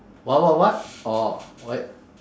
what what what orh what